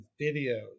videos